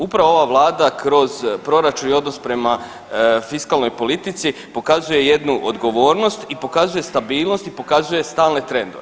Upravo ova vlada kroz proračun i odnos prema fiskalnoj politici pokazuje jednu odgovornost i pokazuje stabilnost i pokazuje stalne trendove.